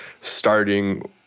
starting